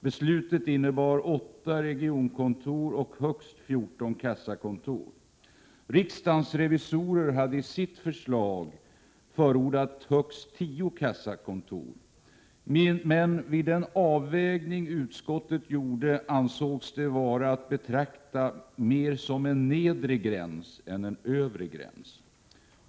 Beslutet innebar att det skulle finnas åtta regionkontor och högst 14 kassakontor. Riksdagens revisorer hade i sitt förslag förordat högst tio kassakontor. Vid den avvägning utskottet gjorde ansågs emellertid detta vara mer att betrakta som en nedre gräns än en övre gräns.